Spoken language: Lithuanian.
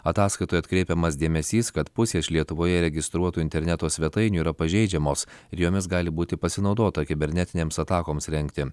ataskaitoje atkreipiamas dėmesys kad pusė iš lietuvoje registruotų interneto svetainių yra pažeidžiamos ir jomis gali būti pasinaudota kibernetinėms atakoms rengti